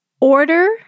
Order